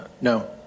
No